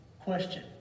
Question